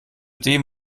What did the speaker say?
dem